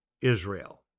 Israel